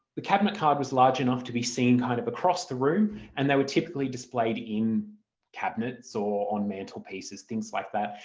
the cabinet card was large enough to be seen kind of across the room and they were typically displayed in cabinets or on mantlepieces, things like that.